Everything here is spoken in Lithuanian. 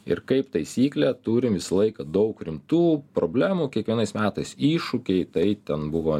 ir kaip taisyklė turim visą laiką daug rimtų problemų kiekvienais metais iššūkiai tai ten buvo